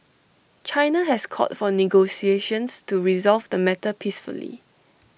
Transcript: China has called for negotiations to resolve the matter peacefully